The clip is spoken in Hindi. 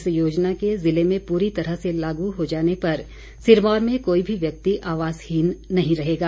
इस योजना के जिले में पूरी तरह से लागू हो जाने पर सिरमौर में कोई भी व्यक्ति आवासहीन नहीं रहेगा